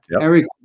Eric